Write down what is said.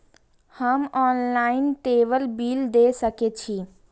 हम online table bill दे सके छी?